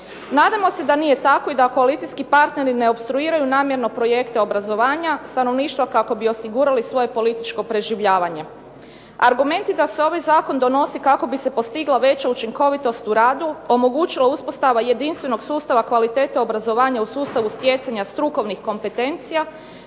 Nadamo se da nije tako i da koalicijski partneri ne opstruiraju namjerno projekte obrazovanja stanovništva kako bi osigurali svoje političko preživljavanje. Argumenti da se ovaj zakon donosi kako bi se postigla veća učinkovitost u radu, omogućila uspostava jedinstvenog sustava kvalitete obrazovanja u sustavu stjecanja strukovnih kompetencija,